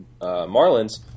Marlins